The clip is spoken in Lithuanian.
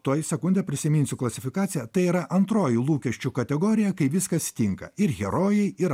tuoj sekundę prisiminsiu klasifikaciją tai yra antroji lūkesčių kategorija kai viskas tinka ir herojai ir